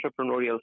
entrepreneurial